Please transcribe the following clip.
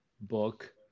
book